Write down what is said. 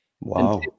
Wow